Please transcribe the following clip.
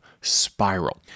spiral